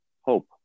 hope